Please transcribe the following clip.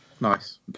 Nice